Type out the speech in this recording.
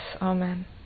Amen